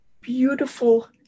beautiful